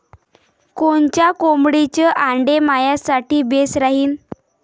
कोनच्या कोंबडीचं आंडे मायासाठी बेस राहीन?